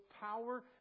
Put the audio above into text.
power